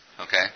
Okay